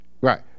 Right